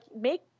make